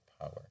power